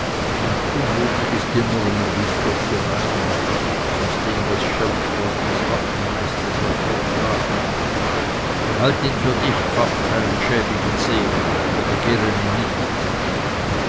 unmutiges gemurmel lief durch die reihen aus dem das scheltwort des waffenmeisters hervorbrach behalt ihn für dich pfaff deinen schäbigen segen wir begehren ihn nicht